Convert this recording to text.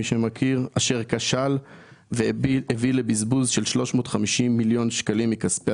אשר כשל והביא לבזבוז של 350 מיליון שקלים מכספי